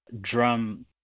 drum